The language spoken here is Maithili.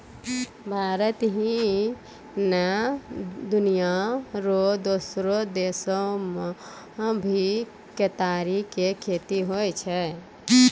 भारत ही नै, दुनिया रो दोसरो देसो मॅ भी केतारी के खेती होय छै